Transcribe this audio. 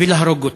ולהרוג אותו.